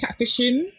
catfishing